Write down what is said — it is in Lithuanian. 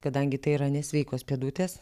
kadangi tai yra nesveikos pėdutės